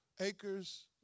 acres